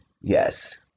Yes